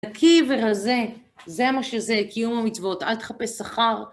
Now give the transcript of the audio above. נקי ורזה, זה מה שזה, קיום המצוות, אל תחפש שכר.